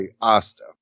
Asta